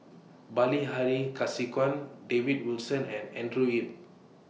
Bilahari Kausikan David Wilson and Andrew Yip